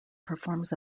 performs